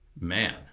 Man